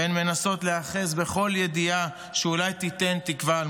והן מנסות להיאחז בכל ידיעה על מצבם שאולי תיתן תקווה.